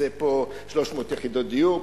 פה 300 יחידות דיור,